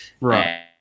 Right